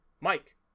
mike